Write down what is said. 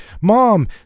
Mom